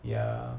ya